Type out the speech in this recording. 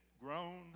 grown